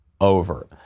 over